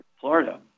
Florida